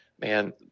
man